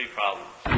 problems